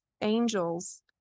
angels